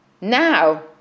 now